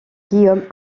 guillaume